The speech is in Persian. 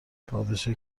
پادشاه